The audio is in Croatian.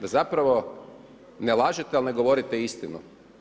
Da zapravo ne lažete ali ne govorite istinu.